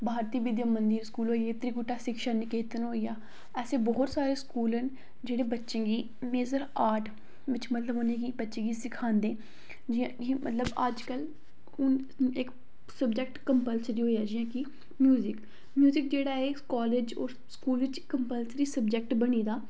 भारतीय विद्या मंदिर स्कूल होई गेआ त्रिकुटा शिक्षा निकेतन होई गेआ ऐसे बोह्त सारे स्कूल हैन जेह्ड़े बच्चें गी मेजर आर्ट मतलब उ'नें गी बच्चें गी सखांदे जि'यां जि'यां मतलब अजकल्ल हून इक सब्जैक्ट कंप्लसरी होई गेआ जि'यां कि म्युजिक म्युजिक जेह्ड़ा ऐ एह् कालेज और स्कूल बिच्च कंप्लसरी सब्जैक्ट बनी गेदा